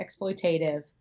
exploitative